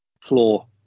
floor